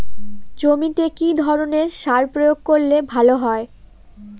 জমিতে কি ধরনের সার প্রয়োগ করলে ভালো হয়?